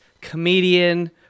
comedian